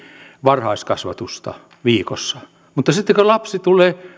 varhaiskasvatusta viikossa mutta sitten kun lapsi tulee